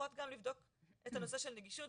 צריכות גם לבדוק את הנושא של נגישות.